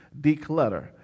declutter